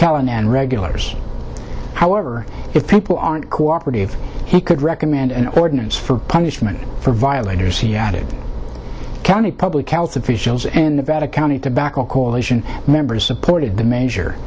callen and regulars however if people aren't cooperative he would recommend an ordinance for punishment for violators he added county public health officials and at a county tobacco coalition members supported the m